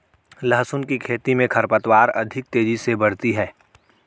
लहसुन की खेती मे खरपतवार अधिक तेजी से बढ़ती है